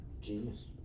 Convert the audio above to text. Genius